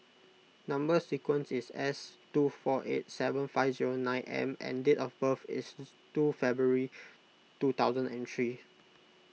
Number Sequence is S two four eight seven five zero nine M and date of birth is is two February two thousand and three